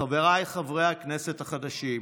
חבריי חברי הכנסת החדשים,